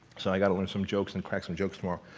so i gotta learn some jokes and crack some jokes tomorrow.